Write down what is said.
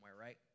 right